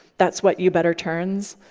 that's what you better turns.